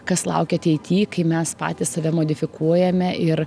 kas laukia ateity kai mes patys save modifikuojame ir